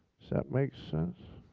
that make sense?